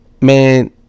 man